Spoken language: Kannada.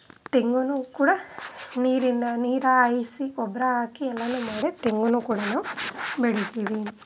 ತೆಂಗೂ ಕೂಡ ನೀರಿಂದ ನೀರು ಹಾಯ್ಸಿ ಗೊಬ್ಬರ ಹಾಕಿ ಎಲ್ಲನೂ ಮಾಡಿ ತೆಂಗನ್ನೂ ಕೂಡ ನಾವು ಬೆಳೀತೀವಿ